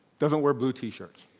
doesn't wear blue t-shirts.